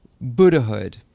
Buddhahood